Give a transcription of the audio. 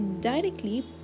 directly